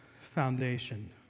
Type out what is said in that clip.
foundation